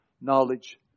knowledge